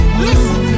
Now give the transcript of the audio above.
listen